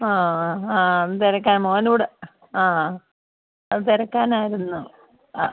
ആ ആ തെരക്കാം മോനോട് ആ അത് തെരക്കാനായിരുന്നു അ